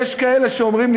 יש כאלה שאומרים לי,